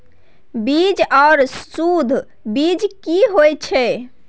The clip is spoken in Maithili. बीज आर सुध बीज की होय छै?